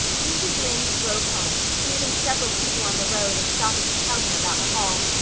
mrs. lynde drove home, meeting several people on the road and stopping to tell them about the hall.